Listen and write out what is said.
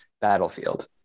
battlefield